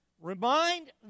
Remind